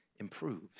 improves